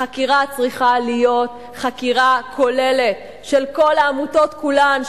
החקירה צריכה להיות חקירה כוללת של כל העמותות כולן,